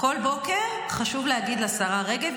כל בוקר חשוב להגיד לשרה רגב.